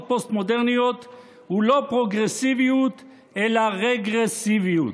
פוסט-מודרניות הוא לא פרוגרסיביות אלא רגרסיביות,